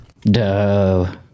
Duh